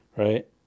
Right